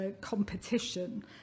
competition